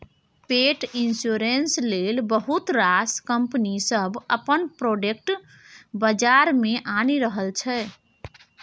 पेट इन्स्योरेन्स लेल बहुत रास कंपनी सब अपन प्रोडक्ट बजार मे आनि रहल छै